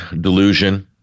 delusion